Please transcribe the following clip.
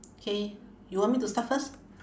K you want me to start first